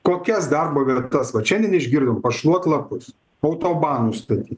kokias darbo vietas vat šiandien išgirdom pašluot lapus autobanus staty